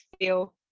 feel